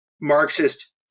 Marxist